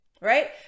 right